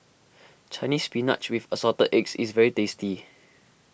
Chinese Spinach with Assorted Eggs is very tasty